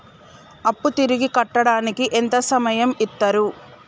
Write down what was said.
అప్పు తిరిగి కట్టడానికి ఎంత సమయం ఇత్తరు?